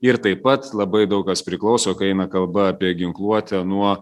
ir taip pat labai daug kas priklauso ką eina kalba apie ginkluotę nuo